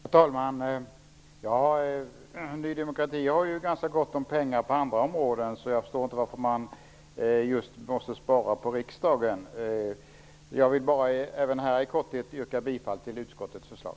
Herr talman! Ny demokrati har ju ganska gott om pengar på andra områden, så jag förstår inte varför man måste spara just på riksdagen. Jag vill bara även här i korthet yrka bifall till utskottets förslag.